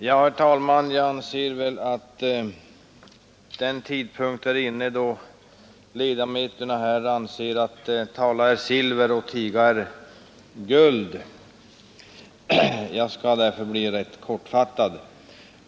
Herr talman! Den tidpunkten är väl inne, då ledamöterna anser att tala är silver och tiga är guld. Jag skall därför bli rätt kortfattad.